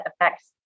affects